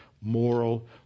moral